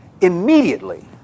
Immediately